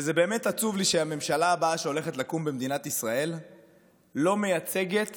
וזה באמת עצוב לי שהממשלה הבאה שהולכת לקום במדינת ישראל לא מייצגת